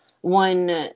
One